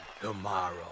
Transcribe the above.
tomorrow